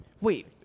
Wait